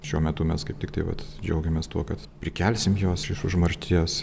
šiuo metu mes kaip tiktai vat džiaugiamės tuo kad prikelsim juos iš užmaršties